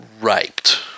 raped